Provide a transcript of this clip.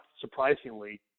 surprisingly